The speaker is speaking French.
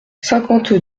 cinquante